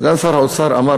סגן שר האוצר אמר,